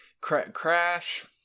crash